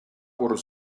por